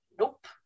Nope